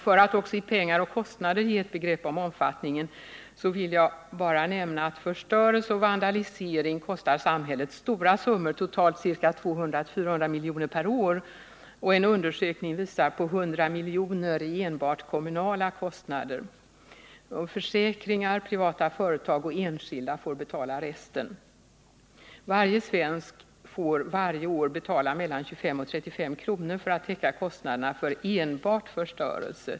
För att också i pengar och kostnader ge ett begrepp om omfattningen vill jag bara nämna att förstörelse och vandalisering kostar samhället stora summor, totalt 200-400 miljoner per år. En undersökning visar på 100 miljoner i enbart kommunala kostnader. Försäkringar, privata företag och enskilda får betala resten. Varje svensk får årligen betala mellan 25 och 35 kr. för att täcka kostnaderna för enbart förstörelse.